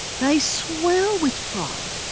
they swell with pride.